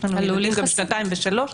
היו לי גם שנתיים ושלוש,